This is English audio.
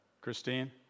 Christine